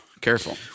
Careful